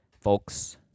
folks